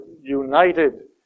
united